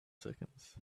seconds